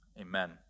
Amen